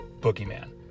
boogeyman